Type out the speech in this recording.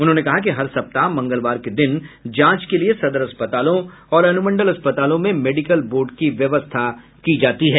उन्होंने कहा कि हर सप्ताह मंगलवार के दिन जांच के लिये सदर अस्पतालों और अनुमंडल अस्पतालों में मेडिकल बोर्ड की व्यवस्था की जाती है